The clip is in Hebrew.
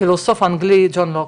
הוא הפילוסוף האנגלי ג'ון לוק,